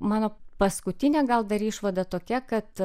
mano paskutinė gal dar išvada tokia kad